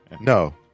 no